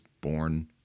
born